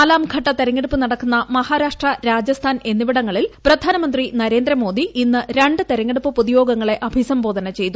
നാലാം ഘട്ടതെരഞ്ഞെടുപ്പ് നടക്കുന്ന മഹാരാഷ്ട്ര രാജസ്ഥാൻ എന്നിവിടങ്ങളിൽ പ്രധാനമന്ത്രി നരേന്ദ്രമോദി രണ്ട് തെരഞ്ഞെടുപ്പ് പൊതുയോഗങ്ങളെ അഭിസംബോധന ചെയ്തു